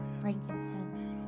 frankincense